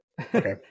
Okay